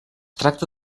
tracta